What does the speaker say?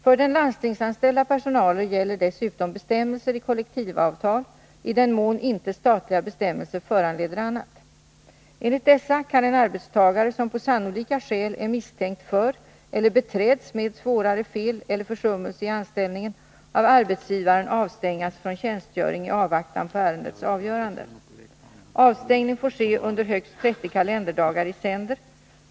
För den landstingsanställda personalen gäller dessutom bestämmelser i kollektivavtal i den mån inte statliga bestämmelser föranleder annat. Enligt dessa kan en arbetstagare som på sannolika skäl är misstänkt för eller beträds med svårare fel eller försummelse i anställningen av arbetsgivaren avstängas från tjänstgöring i avvaktan på ärendets avgörande. Avstängning får ske under högst 30 kalenderdagar i sänder.